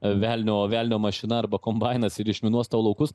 velnio velnio mašina arba kombainas ir išminuos tau laukus